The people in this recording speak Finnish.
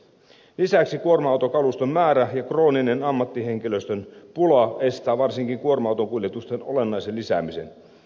lisäksi kuorma autokaluston määrä ja krooninen ammattihenkilöstön pula estävät varsinkin kuorma autokuljetusten olennaisen lisäämisen